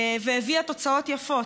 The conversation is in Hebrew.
והביאה תוצאות יפות.